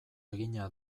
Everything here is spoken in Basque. egina